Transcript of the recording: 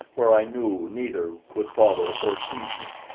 where i knew neither could follow or seize me.